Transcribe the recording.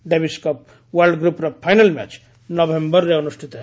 Davis Cup ୱାର୍ଲ୍ଡଗ୍ରୁପ୍ର final match ନଭେମ୍ବରରେ ଅନୁଷ୍ଠିତ ହେବ